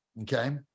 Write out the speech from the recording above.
okay